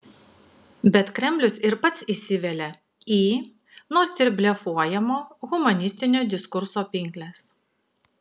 bet kremlius ir pats įsivelia į nors ir blefuojamo humanistinio diskurso pinkles